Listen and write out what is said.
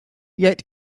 yet